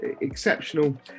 exceptional